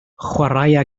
chwaraea